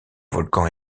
volcan